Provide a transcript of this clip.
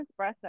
espresso